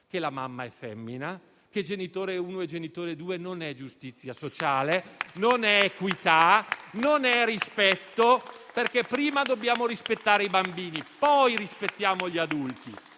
la mamma è femmina, che genitore uno e genitore due non è giustizia sociale, non è equità, non è rispetto. Prima dobbiamo rispettare i bambini; poi rispettiamo gli adulti.